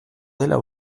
dela